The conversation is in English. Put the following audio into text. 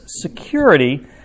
security